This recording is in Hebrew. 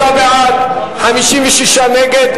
33 בעד, 56 נגד.